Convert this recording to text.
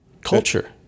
Culture